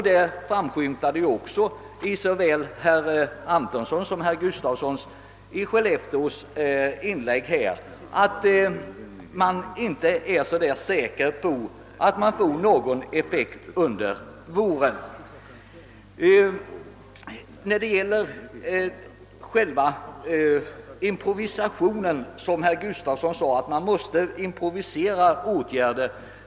Det framskymtade också i både herr Antonssons och herr Gustafssons i Skellefteå inlägg, att man inte är säker på att det blir någon effekt under våren. Herr Gustafsson sade att man måste improvisera åtgärder.